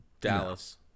Dallas